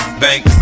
bank